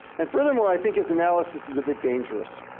and furthermore, i think his analysis is a bit dangerous.